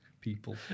people